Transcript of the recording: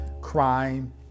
crime